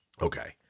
Okay